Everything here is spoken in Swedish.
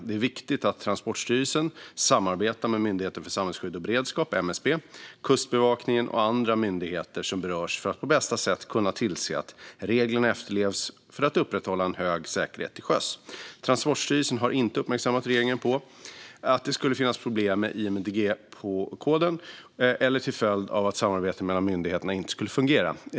Det är viktigt att Transportstyrelsen samarbetar med Myndigheten för samhällsskydd och beredskap , Kustbevakningen och andra myndigheter som berörs för att på bästa sätt kunna tillse att reglerna efterlevs för att upprätthålla en hög säkerhet till sjöss. Transportstyrelsen har inte uppmärksammat regeringen på att det skulle finnas problem med IMDG-koden eller till följd av att samarbetet mellan myndigheterna inte skulle fungera.